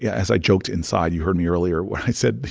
yeah as i joked inside you heard me earlier when i said,